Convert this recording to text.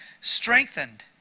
strengthened